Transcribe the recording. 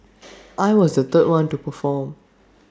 I was the third one to perform